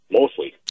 mostly